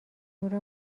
نور